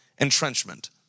entrenchment